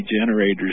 generators